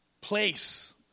place